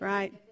Right